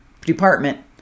department